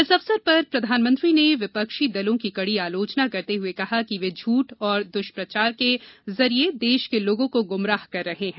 इस अवसर पर प्रधानमंत्री ने विपक्षी दलों की कड़ी आलोचना करते हुए कहा कि वे झूठ और दुष्प्रचार के जरिए देश के लोगों को गुमराह कर रहे है